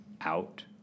out